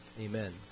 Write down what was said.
Amen